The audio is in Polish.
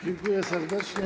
Dziękuję serdecznie.